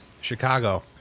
Chicago